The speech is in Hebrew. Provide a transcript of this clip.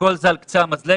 וכל זה על קצה המזלג.